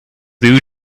zoo